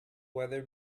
weather